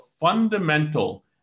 fundamental